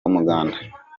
umuganda